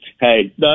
Hey